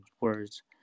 words